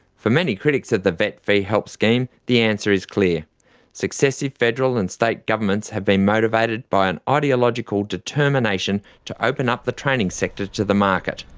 for many critics of the vet fee-help scheme, the answer is clear successive federal and state governments have been motivated by an ideological determination to open up the training sector to the market,